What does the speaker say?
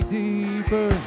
deeper